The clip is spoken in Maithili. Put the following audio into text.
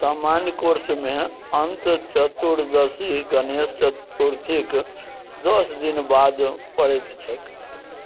सामान्य कोर्समे अनन्त चतुर्दशी गणेश चतुर्थीके दस दिन बाद पड़ैत छै